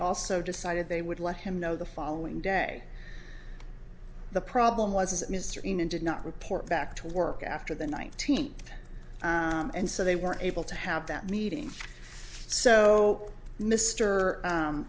also decided they would let him know the following day the problem was that mr bean and did not report back to work after the nineteenth and so they were able to have that meeting so mr